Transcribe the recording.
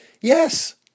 yes